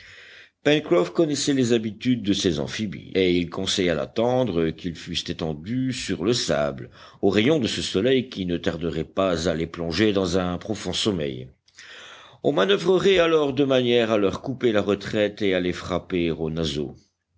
pencroff connaissait les habitudes de ces amphibies et il conseilla d'attendre qu'ils fussent étendus sur le sable aux rayons de ce soleil qui ne tarderait pas à les plonger dans un profond sommeil on manoeuvrerait alors de manière à leur couper la retraite et à les frapper aux